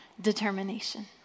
determination